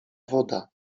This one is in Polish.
woda